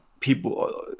People